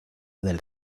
del